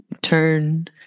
Turn